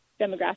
demographic